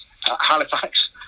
Halifax